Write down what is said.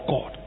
God